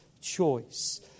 choice